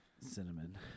Cinnamon